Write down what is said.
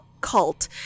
cult